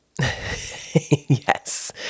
Yes